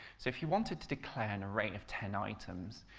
so if you wanted to declare an array of ten items,